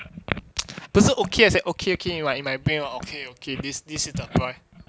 不是 okay I said okay okay like in my brain ah okay okay this is the one